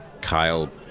Kyle